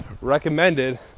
recommended